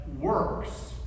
works